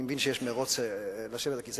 אני מבין שיש מירוץ לשבת על הכיסא,